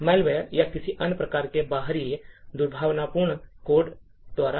malware या किसी अन्य प्रकार के बाहरी दुर्भावनापूर्ण कोड द्वारा